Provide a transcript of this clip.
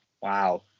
Wow